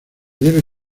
debe